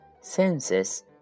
Senses